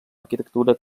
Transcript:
arquitectura